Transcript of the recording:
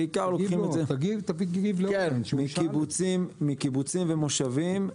בעיקר מקיבוצים ומושבים.